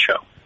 show